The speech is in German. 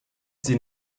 sie